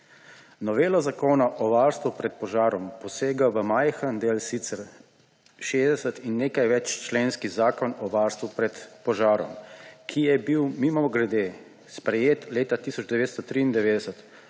Novela Zakon o varstvu pred požarom posega v majhen del sicer 60- in nekaj več členski Zakon o varstvu pred požarom, ki je bil ‒ mimogrede ‒ sprejet leta 1993,